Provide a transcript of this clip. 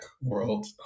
world